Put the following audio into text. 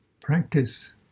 practice